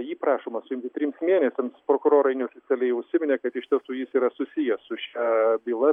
jį prašoma suimti trims mėnesiams prokurorai neoficialiai užsiminė kad iš tiesų jis yra susijęs su šia byla